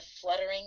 fluttering